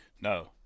No